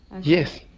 Yes